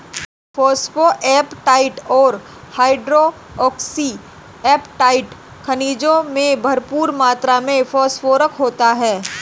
phosphoapatite और hydroxyapatite खनिजों में भरपूर मात्र में फोस्फोरस होता है